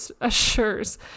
assures